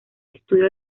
estudio